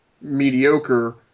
mediocre